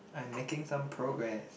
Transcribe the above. I'm making some progress